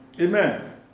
Amen